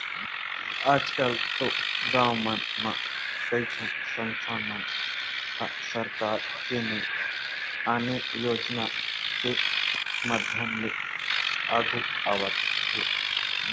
आजकल तो गाँव मन म कइठन संस्था मन ह सरकार के ने आने योजना के माधियम ले आघु आवत हे